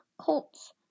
Colts